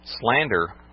Slander